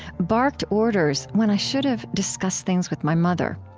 barked orders when i should have discussed things with my mother.